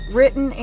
Written